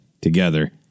together